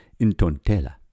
Intontela